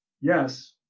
Yes